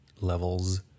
levels